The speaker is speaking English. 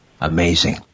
Amazing